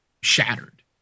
shattered